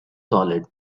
solid